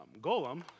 Golem